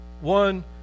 one